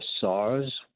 SARS